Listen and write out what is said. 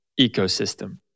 ecosystem